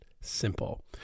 simple